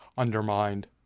undermined